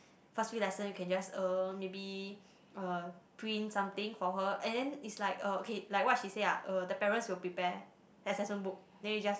first few lesson you can just uh maybe uh print something for her and then is like uh okay like what she say ah the parents will prepare assessment book then you just